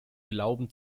glauben